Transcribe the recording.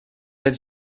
êtes